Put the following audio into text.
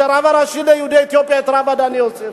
את הרב הראשי של יהודי אתיופיה, הרב הדנה יוסף.